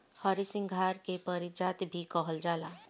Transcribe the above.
हरसिंगार के पारिजात भी कहल जाला